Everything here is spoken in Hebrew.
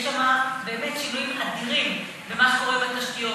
יש שם באמת שינויים אדירים במה שקורה בתשתיות.